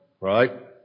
right